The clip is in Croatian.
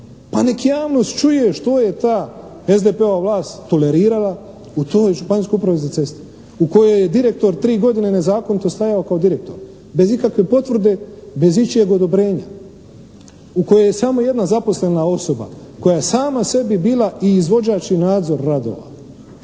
Pa nek javnost čuje što je ta SDP-ova vlast tolerirala u toj Županijskoj upravi za ceste. U kojoj je direktor 3 godine nezakonito stajao kao direktor bez ikakve potvrde, bez ičijeg odobrenja. U kojoj je samo jedna zaposlena osoba koja je sama sebi bila i izvođač i nadzor radova.